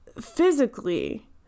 physically